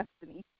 destiny